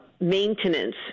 maintenance